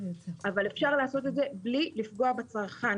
אבל אפשר לעשות את זה בלי לפגוע בצרכן